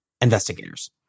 investigators